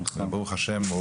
ברוך השם,